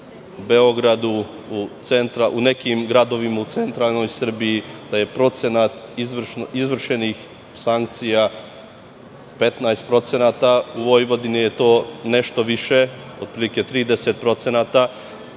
u Beogradu i u nekim gradovima u centralnoj Srbiji procenat izvršenih sankcija 15%, a u Vojvodini je to nešto više, otprilike 30%,